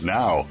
now